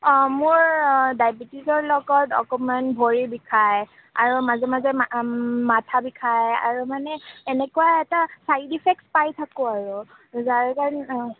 অঁ মোৰ অঁ ডাইবেটিছৰ লগত অকণমান ভৰি বিষায় আৰু মাজে মাজে মা মাথা বিষায় আৰু মানে এনেকুৱা এটা ছাইড এফেক্ট পাই থাকোঁ আৰু